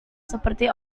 seperti